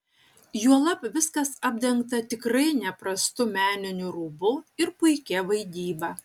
juolab viskas apdengta tikrai neprastu meniniu rūbu ir puikia vaidyba